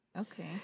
Okay